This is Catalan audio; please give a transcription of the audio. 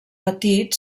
petit